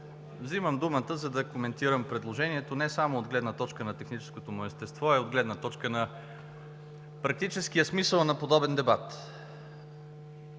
Взимам думата, за да коментирам предложението не само от гледна точка на техническото му естество, а и от гледна точка на практическия смисъл за подобен дебат.